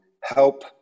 help